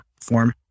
form